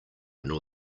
nor